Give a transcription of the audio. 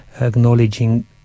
acknowledging